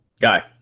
Guy